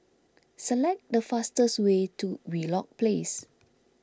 select the fastest way to Wheelock Place